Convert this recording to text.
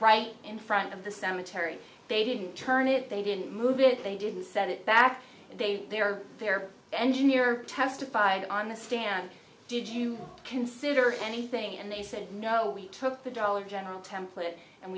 right in front of the cemetery they didn't turn it they didn't move it they didn't set it back they were there engineer testified on the stand did you consider anything and they said no we took the dollar general template and